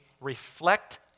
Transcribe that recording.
reflect